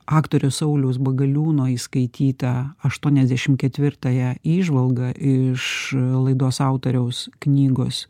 aktoriaus sauliaus bagaliūno įskaityta aštuoniasdešimt ketvirtąją įžvalgą iš laidos autoriaus knygos